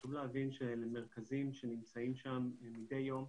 חשוב להבין שאלה מרכזים שנמצאים שם מדי יום,